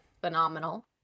phenomenal